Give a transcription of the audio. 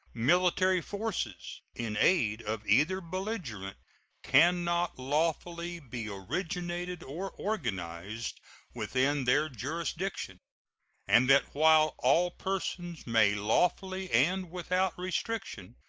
military forces in aid of either belligerent can not lawfully be originated or organized within their jurisdiction and that while all persons may lawfully and without restriction,